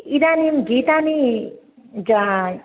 इदानीं गीतानि जा